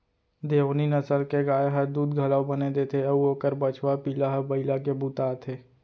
देओनी नसल के गाय ह दूद घलौ बने देथे अउ ओकर बछवा पिला ह बइला के बूता आथे